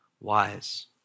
Wise